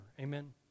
Amen